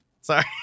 Sorry